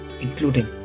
including